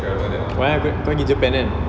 what happened kau gi japan kan